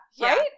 right